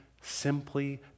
simply